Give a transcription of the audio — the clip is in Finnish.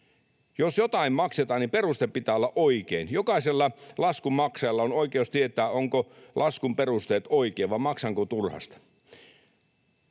Jos jotain maksetaan, niin peruste pitää olla oikein. Jokaisella laskun maksajalla on oikeus tietää, ovatko laskun perusteet oikein vai maksaako turhasta.